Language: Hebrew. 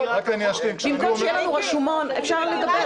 במקום שיהיה לנו רישומון אפשר לדבר.